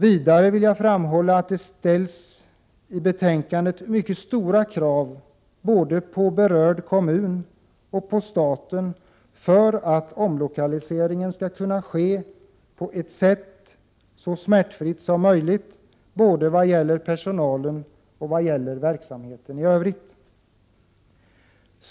Vidare vill jag framhålla att det i betänkandet ställs mycket stora krav både på berörd kommun och på staten för att omlokaliseringen skall kunna ske på ett så smärtfritt sätt som möjligt både vad gäller personalen och vad gäller verksamheten.